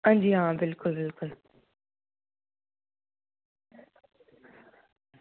हां जी हां बिलकुल बिलकुल